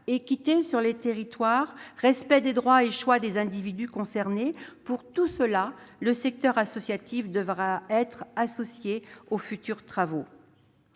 équité sur les territoires, respect des droits et choix des individus concernés ... Le secteur associatif devra être associé aux futurs travaux